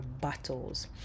battles